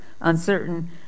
uncertain